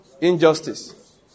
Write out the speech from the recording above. Injustice